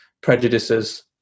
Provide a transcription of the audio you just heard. prejudices